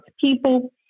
people